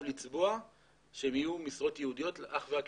לצבוע שהן יהיו משרות ייעודיות אך ורק